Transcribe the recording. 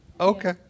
Okay